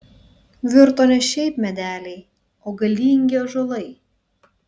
virto ne šiaip medeliai o galingi ąžuolai